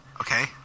Okay